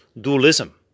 dualism